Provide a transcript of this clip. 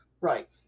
right